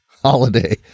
holiday